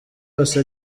yose